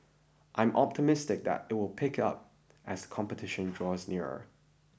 I am optimistic that it will pick up as competition draws nearer